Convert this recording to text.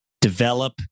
develop